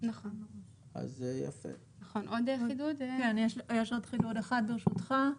יש עוד חידוד אחד ברשותך,